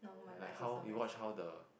like how you watch how the